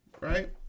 Right